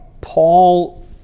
Paul